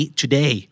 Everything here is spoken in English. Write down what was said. today